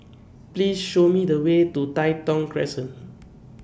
Please Show Me The Way to Tai Thong Crescent